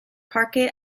parque